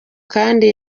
kandi